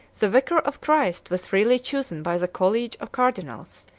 the vicar of christ was freely chosen by the college of cardinals,